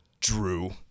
Drew